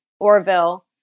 Orville